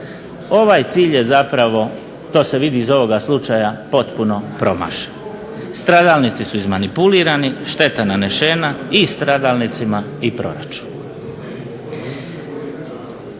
Ovaj cilj je zapravo, to se vidi iz ovoga slučaja potpuno promašen. Stradalnici su izmanipulirani, šteta nanešena i stradalnicima i proračunu.